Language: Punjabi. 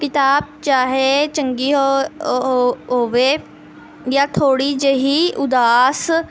ਕਿਤਾਬ ਚਾਹੇ ਚੰਗੀ ਹੋ ਹੋਵੇ ਜਾਂ ਥੋੜ੍ਹੀ ਜਿਹੀ ਉਦਾਸ